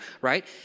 right